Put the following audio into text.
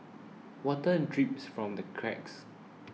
water drips from the cracks